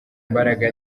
imbaraga